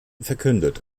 verkündet